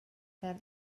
fel